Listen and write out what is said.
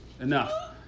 Enough